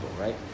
right